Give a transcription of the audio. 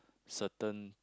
certain